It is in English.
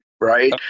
right